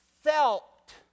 felt